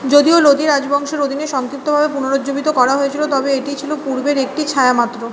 যদিও লোদি রাজবংশের অধীনে সংক্ষিপ্তভাবে পুনরুজ্জীবিত করা হয়েছিল তবে এটি ছিল পূর্বের একটি ছায়া মাত্র